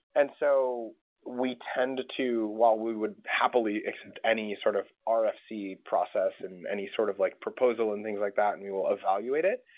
and so we tend to while we would happily accept any sort of ah rfc process and any sort of like proposal and things like that and we will evaluate it,